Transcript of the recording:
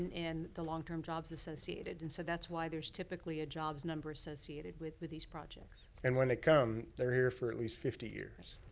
and the long term jobs associated. and so, that's why there's typically a jobs number associated with with these projects. and, when they come, they're here for at least fifty years.